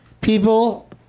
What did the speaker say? people